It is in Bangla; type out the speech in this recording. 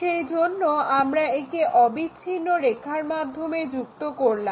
সেজন্য আমরা একে অবিচ্ছিন্ন রেখার মাধ্যমে যুক্ত করলাম